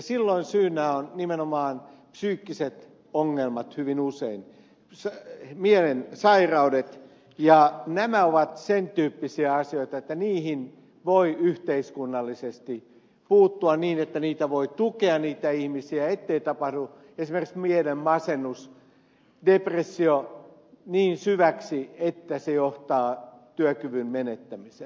silloin syynä ovat nimenomaan psyykkiset ongelmat hyvin usein mielen sairaudet ja nämä ovat sen tyyppisiä asioita että niihin voi yhteiskunnallisesti puuttua niitä ihmisiä voi tukea ettei mene esimerkiksi mielenmasennus depressio niin syväksi että se johtaa työkyvyn menettämiseen